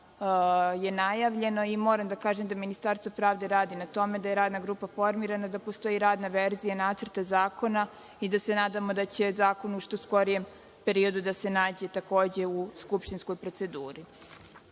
je najavljeno i moram da kažem da Ministarstvo pravde radi na tome, da je radna grupa formirana, da postoji radna verzija nacrta zakona i da se nadamo da će zakon u što skorijem periodu da se nađe u skupštinskoj proceduri. Dosta